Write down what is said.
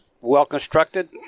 Well-constructed